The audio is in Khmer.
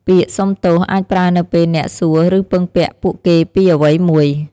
ពាក្យ "សុំទោស" អាចប្រើនៅពេលអ្នកសួរឬពឹងពាក់ពួកគេពីអ្វីមួយ។